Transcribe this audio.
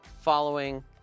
following